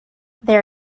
there